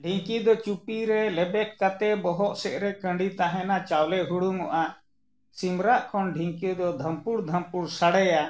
ᱰᱷᱤᱝᱠᱤ ᱫᱚ ᱪᱩᱯᱤ ᱨᱮ ᱞᱮᱵᱮᱫ ᱠᱟᱛᱮᱫ ᱵᱚᱦᱚᱜ ᱥᱮᱫ ᱨᱮ ᱠᱟᱺᱰᱤ ᱛᱟᱦᱮᱱᱟ ᱪᱟᱣᱞᱮ ᱦᱩᱲᱩᱝᱚᱜᱼᱟ ᱥᱤᱢ ᱨᱟᱜ ᱠᱷᱚᱱ ᱰᱷᱤᱝᱠᱤ ᱫᱚ ᱫᱷᱟᱢᱯᱩᱲ ᱫᱷᱟᱢᱯᱩᱲ ᱥᱟᱰᱮᱭᱟ